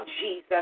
Jesus